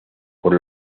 por